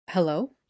Hello